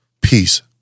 peace